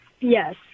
Yes